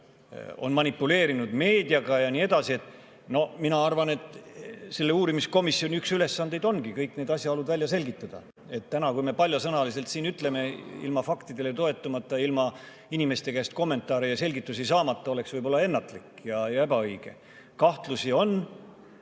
on manipuleerinud meediaga ja nii edasi, no mina arvan, et selle uurimiskomisjoni üks ülesandeid ongi kõik need asjaolud välja selgitada. Kui me seda paljasõnaliselt täna siin ütleme, ilma faktidele toetumata, ilma inimeste käest kommentaare ja selgitusi saamata, siis oleks see võib-olla ennatlik ja ebaõige. Kahtlusi on,